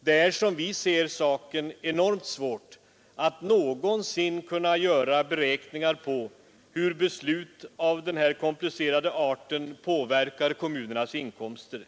Det är, som vi ser saken, oerhört svårt att någonsin kunna göra beräkningar om hur beslut av den här komplicerade arten påverkar kommunernas inkomster.